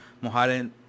Mohamed